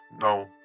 No